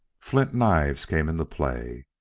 flint knives came into play,